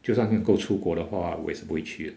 就算能够出国的话我也是不会去